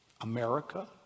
America